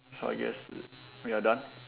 so I guess we are done